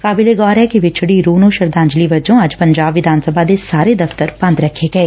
ਕਾਬਿਲੇ ਗੌਰ ਐ ਕਿ ਵਿਛਤੀ ਰੁਹ ਨੂੰ ਸ਼ਰਧਾਂਜਲੀ ਵਜੋਂ ਅੱਜ ਪੰਜਾਬ ਵਿਧਾਨ ਸਭਾ ਦੇ ਸਾਰੇ ਦਫ਼ਤਰ ਬੰਦ ਰੱਖੇ ਗਏ